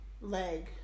leg